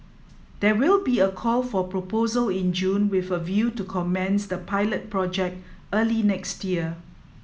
there will be a call for proposal in June with a view to commence the pilot project early next year